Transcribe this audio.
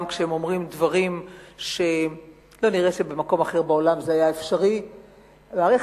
גם כשהם אומרים דברים שלא נראה שבמקום אחר בעולם היה אפשרי לומר כמותם.